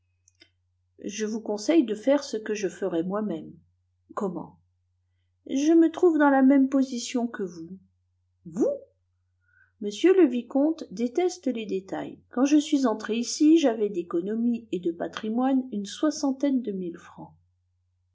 je vous conseille de faire ce que je ferai moi-même comment je me trouve dans la même position que vous vous m le vicomte déteste les détails quand je suis entré ici j'avais d'économies et de patrimoine une soixantaine de mille francs